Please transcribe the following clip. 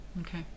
okay